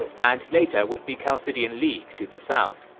and later with the chalcidian league to the south.